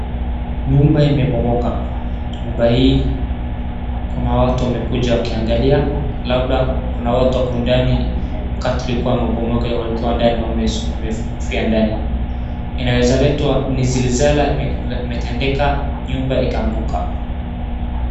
Nyumba imebomoka. Nyumba hii kuna watu wamekuja wakiangalia labda kuna watu wako ndani wakati ilikuwa imebomoka walikuwa ndani wamefufia ndani. Inaweza letwa ni zilzala imetendeka nyumba ikaanguka.